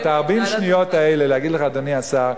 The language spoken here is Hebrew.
את 40 השניות האלה להגיד לך, אדוני השר: